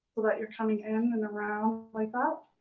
like you're coming in and around like that.